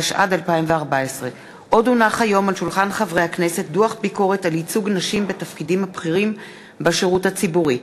התשע"ד 2014. דוח ביקורת ייצוג נשים בתפקידים הבכירים בשירות הציבורי,